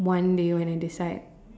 one day when I decide